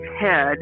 head